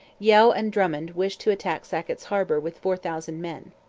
yeo and drummond wished to attack sackett's harbour with four thousand men.